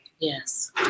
Yes